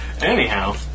Anyhow